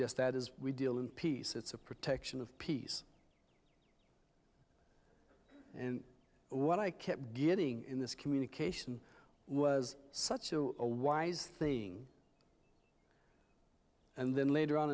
just that as we deal in peace it's a protection of peace and what i kept getting in this communication was such a wise thing and then later on